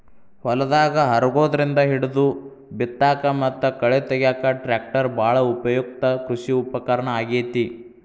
ಹೊಲದಾಗ ಹರಗೋದ್ರಿಂದ ಹಿಡಿದು ಬಿತ್ತಾಕ ಮತ್ತ ಕಳೆ ತಗ್ಯಾಕ ಟ್ರ್ಯಾಕ್ಟರ್ ಬಾಳ ಉಪಯುಕ್ತ ಕೃಷಿ ಉಪಕರಣ ಆಗೇತಿ